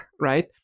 right